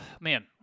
man